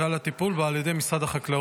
ועל הטיפול בה על ידי משרד החקלאות.